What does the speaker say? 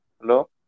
Hello